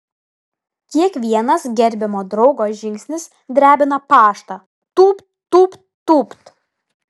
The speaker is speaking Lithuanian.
kiekvienas gerbiamo draugo žingsnis drebina paštą tūpt tūpt tūpt